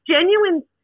genuine